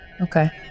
Okay